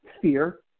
fear